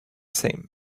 same